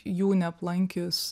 jų neaplankius